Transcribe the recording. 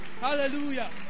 Hallelujah